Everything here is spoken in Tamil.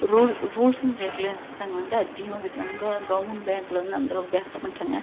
ரூல் ரூல்ஸ் அண்ட் ரெகுலேஷன் வந்து அதிகமாக பேசுவாங்க க கவர்மெண்ட் பேங்கில் வந்து அந்த அளவுக்கு பேச மாட்டாங்க